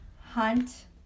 Hunt